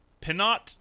Pinot